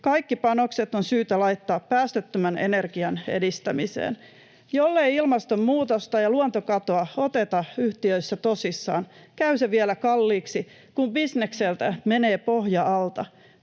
Kaikki panokset on syytä laittaa päästöttömän energian edistämiseen. Jollei ilmastonmuutosta ja luontokatoa oteta yhtiöissä tosissaan, käy se vielä kalliiksi, kun bisnekseltä menee pohja alta.